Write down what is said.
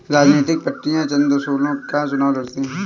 राजनीतिक पार्टियां चंदा वसूल करके चुनाव लड़ती हैं